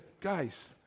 guys